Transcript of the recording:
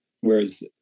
Whereas